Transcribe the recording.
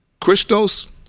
Christos